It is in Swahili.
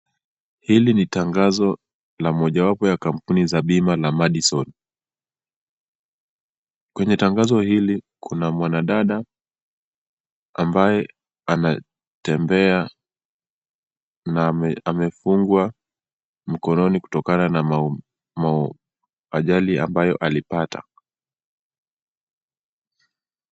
Hili ni tangazo la mojawapo ya kampuni za bima ya Madison . Kwenye tangazo hili kuna mwanadada ambaye anatembea na amefungwa mkononi kutokana na ajali ambayo alipata.